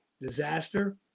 disaster